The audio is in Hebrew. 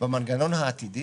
במנגנון העתידי